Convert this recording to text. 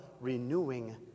renewing